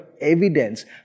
evidence